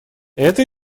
это